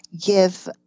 give